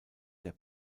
der